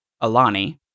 Alani